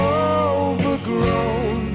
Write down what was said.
overgrown